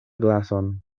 glason